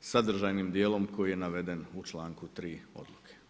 sadržajnim dijelom koji je naveden u članku 3. odluke.